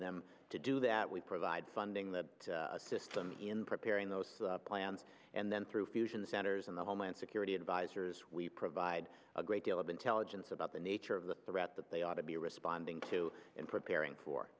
them to do that we provide funding that assist them in preparing those plans and then through fusion centers and the homeland security advisers we provide a great deal of intelligence about the nature of the threat that they ought to be responding to and preparing for